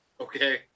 Okay